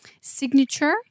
signature